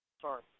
Sorry